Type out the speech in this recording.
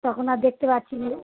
তখন আর দেখতে পাচ্ছি নে